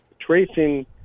tracing